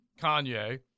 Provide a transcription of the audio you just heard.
Kanye